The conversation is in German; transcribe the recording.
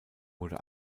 wurde